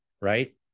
right